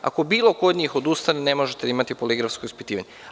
Ako bilo ko od njih odustane ne možete da imate poligrafsko ispitivanje.